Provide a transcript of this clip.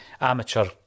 amateur